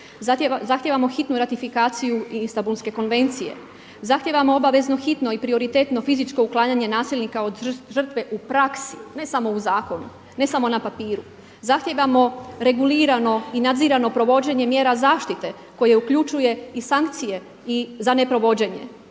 zahtijevamo hitnu ratifikaciju Istambulske konvencije, zahtijevamo obavezno hitno i prioritetno fizičko uklanjanje nasilnika od žrtve u praksi ne samo u zakonu, ne samo na papiru, zahtijevamo regulirano i nadzirano provođenje mjera zaštite koje uključuje i sankcije za neprovođenje,